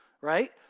right